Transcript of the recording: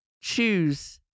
choose